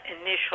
initial